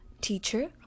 Teacher